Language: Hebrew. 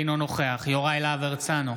אינו נוכח יוראי להב הרצנו,